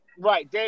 Right